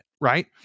right